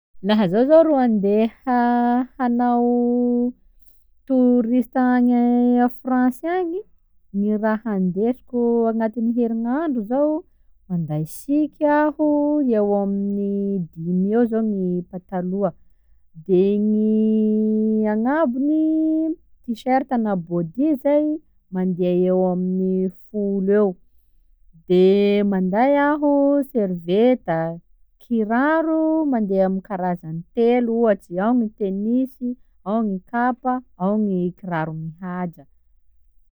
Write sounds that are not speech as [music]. Laha zaho zô ro handeha [hesitation] hanao [hesitation] touriste agny à France agny, gny raha ndesiko agnatin'ny herignandro zao: manday siky aho eo amin'ny eo dimy zao gny pataloha, de gny [hesitation] agnabony t-shirt na body zay mandea eo amy folo eo, de manday aho serveta, kiraro mandea amin'ny karazany telo ohatsy, ao ny tenisy, ao ny kapa, ao gny kiraro mihaja.